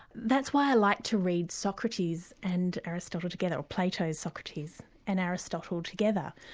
that's why i like to read socrates and aristotle together, or plato and socrates and aristotle together.